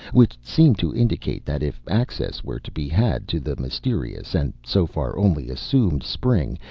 which seemed to indicate that if access were to be had to the mysterious, and so far only assumed spring,